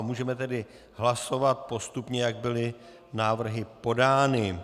Můžeme tedy hlasovat postupně, jak byly návrhy podány.